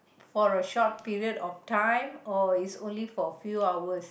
for a short period of time or is only for a few hours